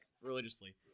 religiously